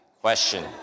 question